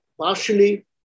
partially